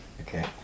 Okay